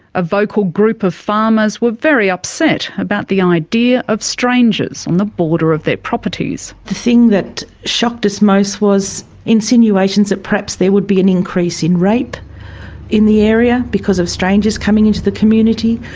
a vocal group of farmers were very upset about the idea of strangers on the border of their properties. the thing that shocked us most was insinuations that perhaps there would be an increase in rape in the area because of strangers coming into the community,